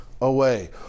away